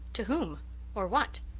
to whom or what?